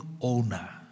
owner